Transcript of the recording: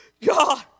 God